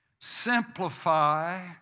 Simplify